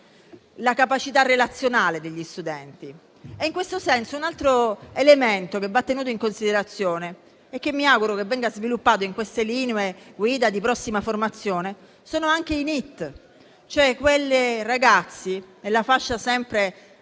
la capacità relazionale degli studenti. In questo senso, un altro elemento che va tenuto in considerazione e che mi auguro che venga sviluppato in queste linee guida di prossima formazione sono anche i NEET, cioè quei ragazzi nella fascia